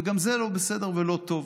וגם זה לא בסדר ולא טוב.